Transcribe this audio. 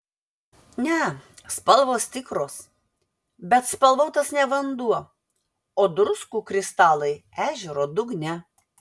ne spalvos tikros bet spalvotas ne vanduo o druskų kristalai ežero dugne